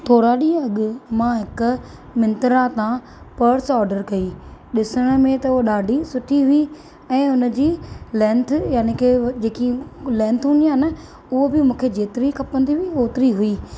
थोरा डीं॒हं अगु॒ मां हिकु मिंत्रा खां पर्स ऑर्डर कई डि॒सण में त उहा डा॒ढी सुठी हुई ऐं उनजी लैंथ याने की जेकी लेंथ हूंदी आहे न हूअ बि मूंखे जेतिरी खपंदी हुई ओतिरी हुई